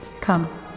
Come